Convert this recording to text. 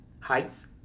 heights